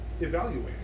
Evaluating